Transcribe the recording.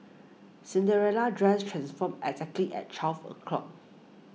Cinderella's dress transformed exactly at twelve o'clock